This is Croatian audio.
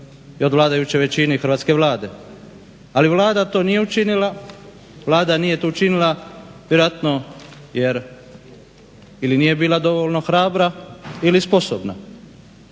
i od vladajuće većine i Hrvatske vlade. Ali Vlada to nije učinila, Vlada nije to učinila vjerojatno jer ili nije bila dovoljno hrabra ili sposobna.